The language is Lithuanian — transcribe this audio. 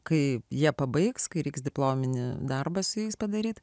kai jie pabaigs kai reiks diplominį darbą su jais padaryt